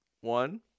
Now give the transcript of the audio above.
one